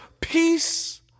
peace